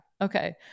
Okay